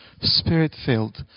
spirit-filled